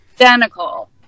identical